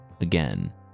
again